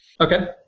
okay